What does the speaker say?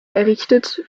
errichtet